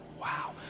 Wow